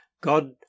God